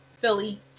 Philly